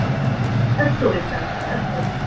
अस्तु वैष्णवी अस्तु